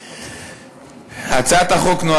תודה.